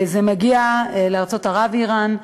ארצות ערב ואיראן.